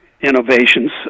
innovations